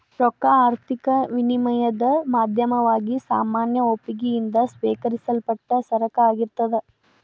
ರೊಕ್ಕಾ ಆರ್ಥಿಕ ವಿನಿಮಯದ್ ಮಾಧ್ಯಮವಾಗಿ ಸಾಮಾನ್ಯ ಒಪ್ಪಿಗಿ ಯಿಂದ ಸ್ವೇಕರಿಸಲ್ಪಟ್ಟ ಸರಕ ಆಗಿರ್ತದ್